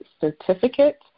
certificate